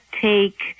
take